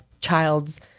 child's